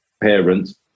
parents